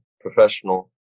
professional